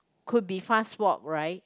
could be fast walk right